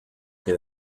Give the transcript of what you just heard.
que